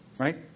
Right